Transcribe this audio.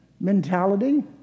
mentality